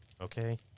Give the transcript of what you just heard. okay